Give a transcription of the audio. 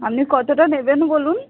আপনি কতোটা নেবেন বলুন